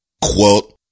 Quote